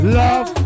love